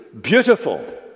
beautiful